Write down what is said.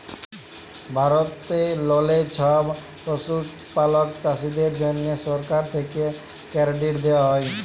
ভারতেললে ছব পশুপালক চাষীদের জ্যনহে সরকার থ্যাকে কেরডিট দেওয়া হ্যয়